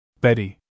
Betty